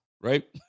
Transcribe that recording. right